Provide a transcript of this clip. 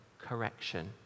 correction